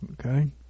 Okay